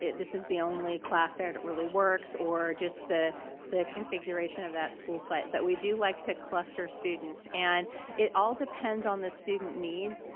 this is the only class there that really works, or just the the configuration of that school site, but we do like to cluster students. and it all depends on the student needs.